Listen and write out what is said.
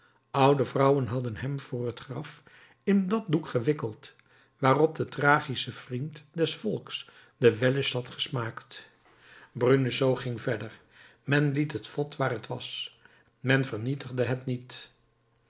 oude vrouwen hadden hem voor het graf in dat doek gewikkeld waarop de tragische vriend des volks den wellust had gesmaakt bruneseau ging verder men liet het vod waar het was men vernietigde het niet